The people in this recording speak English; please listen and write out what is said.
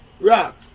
rock